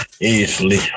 Easily